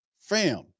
Fam